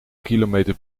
kilometer